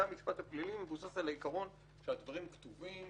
המשפט הפלילי מבוסס על העיקרון שהדברים כתובים,